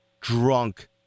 drunk